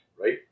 right